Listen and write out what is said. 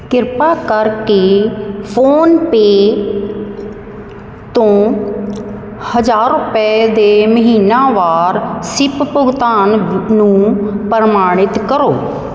ਕਿਰਪਾ ਕਰ ਕੇ ਫ਼ੋਨਪੇ ਤੋਂ ਹਜ਼ਾਰ ਰੁਪਏ ਦੇ ਮਹੀਨਾਵਾਰ ਸਿੱਪ ਭੁਗਤਾਨ ਨੂੰ ਪ੍ਰਮਾਣਿਤ ਕਰੋ